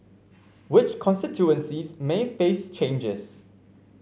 which constituencies may face changes